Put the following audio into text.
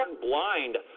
blind